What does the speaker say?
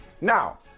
Now